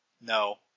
no